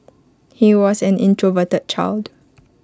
he was an introverted child